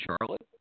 Charlotte